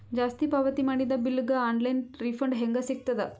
ಜಾಸ್ತಿ ಪಾವತಿ ಮಾಡಿದ ಬಿಲ್ ಗ ಆನ್ ಲೈನ್ ರಿಫಂಡ ಹೇಂಗ ಸಿಗತದ?